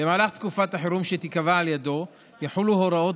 במהלך תקופת החירום שתקבע על ידו יחולו הוראות